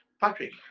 Patrick